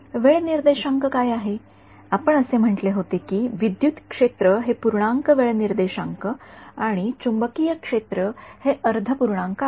वेळ निर्देशांक काय आहेत आपण असे म्हटले होते की विद्युत क्षेत्र हे पूर्णांक वेळ निर्देशांक आणि चुंबकीय क्षेत्र हे अर्ध पूर्णांक आहेत